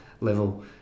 level